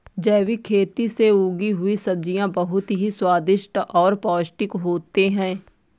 जैविक खेती से उगी हुई सब्जियां बहुत ही स्वादिष्ट और पौष्टिक होते हैं